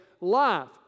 life